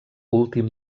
últim